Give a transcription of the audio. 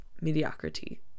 mediocrity